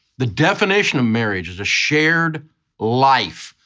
the definition of marriage is a shared life.